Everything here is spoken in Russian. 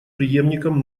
преемником